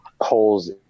holes